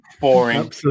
boring